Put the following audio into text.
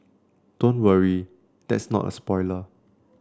don't worry that's not a spoiler